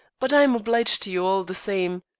but i am obliged to you all the same.